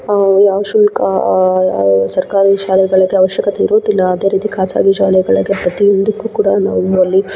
ಯಾವ ಶುಲ್ಕ ಸರ್ಕಾರಿ ಶಾಲೆಗಳಿಗೆ ಅವಶ್ಯಕತೆ ಇರೋದಿಲ್ಲ ಅದೇ ರೀತಿ ಖಾಸಗಿ ಶಾಲೆಗಳಿಗೆ ಪ್ರತಿಯೊಂದಕ್ಕು ಕೂಡ ನಾವು ಅಲ್ಲಿ